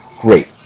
great